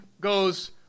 goes